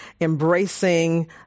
embracing